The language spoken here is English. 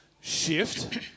shift